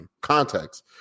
context